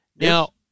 Now